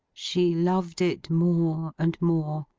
she loved it more and more.